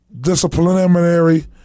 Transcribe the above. disciplinary